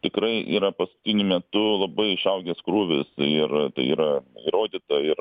tikrai yra paskutiniu metu labai išaugęs krūvis ir tai yra įrodyta ir